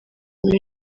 muri